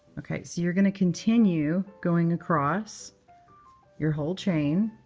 ok. so you're going to continue going across your whole chain,